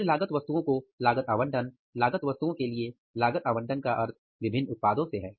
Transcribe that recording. फिर लागत वस्तुओं को लागत आवंटन लागत वस्तुओं के लिए लागत आवंटन का मतलब विभिन्न उत्पादों से है